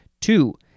two